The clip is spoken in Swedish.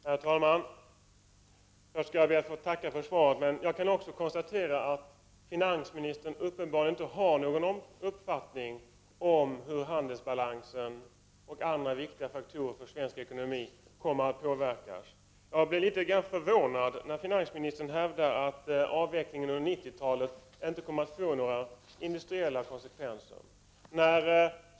Herr talman! Jag skall be att få tacka för svaret. Jag kan emellertid konstatera att finansministern uppenbarligen inte har någon uppfattning om hur handelsbalansen och andra viktiga faktorer när det gäller svensk ekonomi kommer att påverkas. Jag blev litet förvånad när finansministern hävdade att avvecklingen under 1990-talet inte kommer att få några industriella konsekvenser.